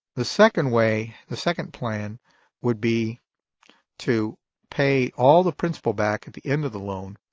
the second way, the second plan would be to pay all the principal back at the end of the loan